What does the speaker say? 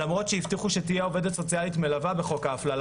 למרות שהבטיחו שתהיה עובדת סוציאלית מלווה בחוק ההפללה,